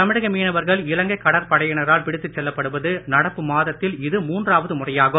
தமிழக மீனவர்கள் இலங்கை கடற்படையினரால் பிடித்துச் செல்லப்படுவது நடப்பு மாதத்தில் இது மூன்றாவது முறையாகும்